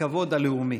הכבוד הלאומי.